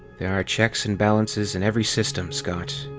there are checks and balances in every system, scott.